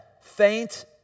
faint